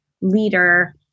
leader